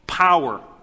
Power